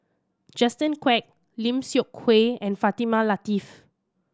Justin Quek Lim Seok Hui and Fatimah Lateef